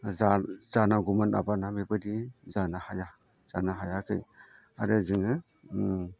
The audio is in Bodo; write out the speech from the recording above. जानांगौमोन आबादा बेबायदि जानो हाया जानो हायाखै आरो जोङो